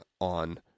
on